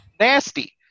nasty